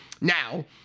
Now